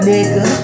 Nigga